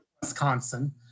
Wisconsin